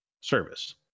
service